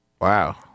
wow